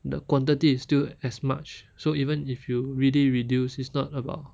the quantity is still as much so even if you really reduce it's not about